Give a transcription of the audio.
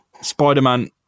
Spider-Man